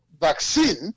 vaccine